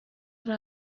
ari